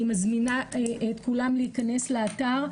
אני מזמינה את כולם להיכנס לאתר,